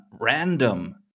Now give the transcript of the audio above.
random